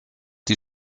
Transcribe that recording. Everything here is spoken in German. die